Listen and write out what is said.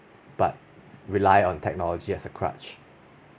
but rely on technology as a crutch